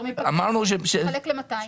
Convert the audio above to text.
תחלק ל-200.